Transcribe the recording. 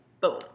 Boom